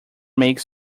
makes